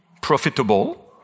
profitable